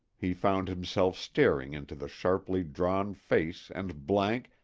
he found himself staring into the sharply drawn face and blank,